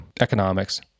economics